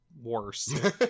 worse